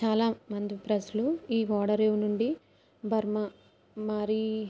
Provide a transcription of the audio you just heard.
చాలా మంది ప్రెస్లు ఈ ఓడరేవు నుండి బర్మా మరి